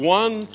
one